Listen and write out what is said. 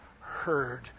heard